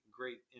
great